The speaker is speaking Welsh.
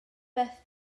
beth